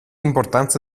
importanza